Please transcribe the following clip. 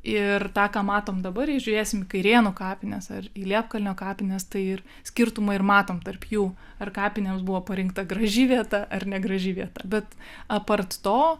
ir tą ką matom dabar jei žiūrėsim į kairėnų kapines ar į liepkalnio kapines tai ir skirtumą ir matom tarp jų ar kapinėms buvo parinkta graži vieta ar negraži vieta bet apart to